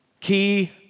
key